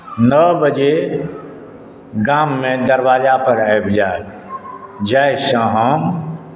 नओ बजे गाममे दरबाजापर आबि जायब जाहिसँ हम